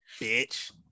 bitch